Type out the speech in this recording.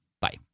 bye